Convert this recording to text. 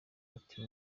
ati